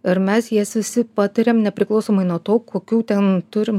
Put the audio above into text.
ir mes jas visi patiriam nepriklausomai nuo to kokių ten turim